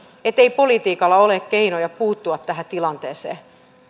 ei politiikalla ole keinoja puuttua tähän tilanteeseen